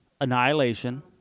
Annihilation